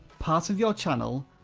parts of your channel,